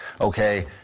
okay